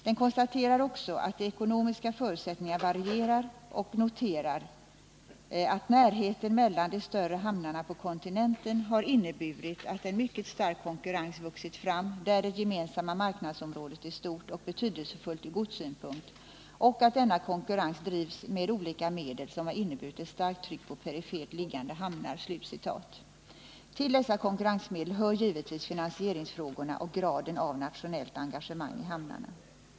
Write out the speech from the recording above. Den konstaterar också att de ekonomiska förutsättningarna varierar och noterar att ”närheten mellan de större hamnarna på kontinenten har inneburit att en mycket stark konkurrens vuxit fram, där det gemensamma marknadsområdet är stort och betydelsefullt ur godssynpunkt och att denna konkurrens drivs med olika medel som har inneburit ett starkt tryck på perifert liggande hamnar”. Till dessa konkurrensmedel hör givetvis finansieringsfrågorna och graden av nationellt engagemang i hamnarna.